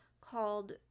called